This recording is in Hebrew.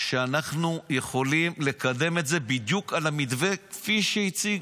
שאנחנו יכולים לקדם את זה בדיוק על המתווה כפי שהציג,